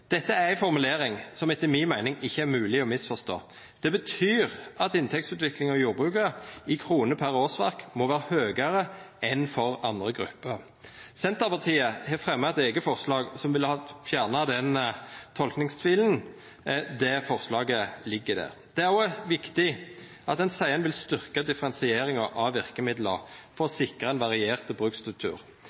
Dette er ei formulering som etter mi meining ikkje er mogleg å misforstå. Det betyr at inntektsutviklinga i jordbruket i kroner per årsverk må vera høgare enn for andre grupper. Senterpartiet har fremja eit eige forslag som ville ha fjerna den tolkingstvilen. Det forslaget ligg der. Det er òg viktig at ein seier at ein vil «styrke differensieringen av virkemidlene» for å sikra ein variert